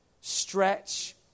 stretch